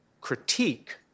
critique